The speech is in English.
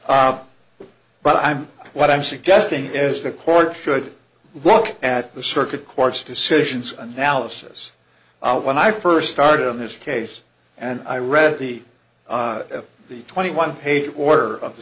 but i'm what i'm suggesting is the court should look at the circuit court's decisions analysis when i first started in this case and i read the the twenty one page order of the